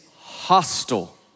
hostile